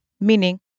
meaning